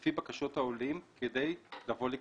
לפי בקשות העולים כדי לבוא לקראתם.